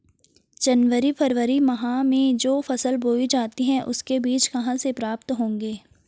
जनवरी फरवरी माह में जो फसल बोई जाती है उसके बीज कहाँ से प्राप्त होंगे?